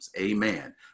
amen